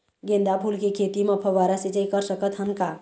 गेंदा फूल के खेती म फव्वारा सिचाई कर सकत हन का?